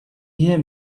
hear